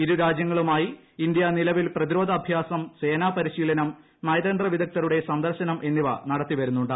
ഇരു രാജ്യങ്ങളുമായി ഇന്ത്യ നിലവിൽ പ്രതിരോധ അഭ്യാസം സേനാ പരിശീലനം നയതന്ത്ര വിദഗ്ധരുടെ സന്ദർശനം എന്നിവ നടത്തിവരുന്നുണ്ട്